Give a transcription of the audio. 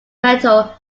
metal